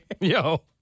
Yo